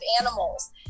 animals